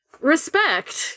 Respect